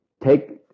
take